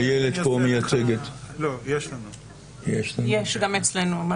הצעת החוק הזו היא